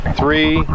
three